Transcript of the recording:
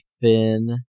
thin